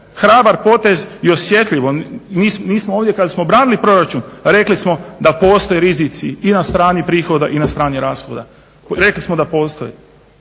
hrabar potez i osjetljivo. Mi smo ovdje kada smo branili proračun rekli smo da postoje rizici i na strani prihoda i na strani rashoda. Rekli smo da postoje,